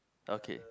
okay